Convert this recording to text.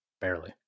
Barely